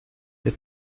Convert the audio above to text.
der